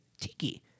Tiki